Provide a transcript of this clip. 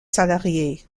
salariés